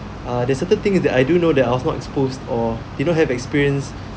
uh there's certain things that I do know that I was not exposed or they don't have the experience